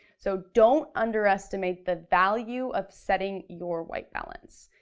so don't underestimate the value of setting your white balance.